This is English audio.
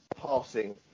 passing